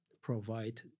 provide